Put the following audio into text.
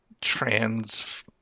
trans